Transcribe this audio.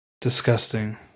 Disgusting